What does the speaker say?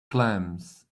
clams